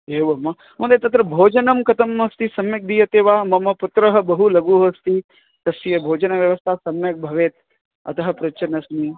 एवं वा महोदय तत्र भोजनं कथम् अस्ति सम्यक् दीयते वा मम पुत्रः बहु लघुः अस्ति तस्य भोजनव्यवस्था सम्यक् भवेत् अतः पृच्छन्न अस्मि